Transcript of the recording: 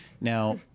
Now